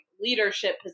leadership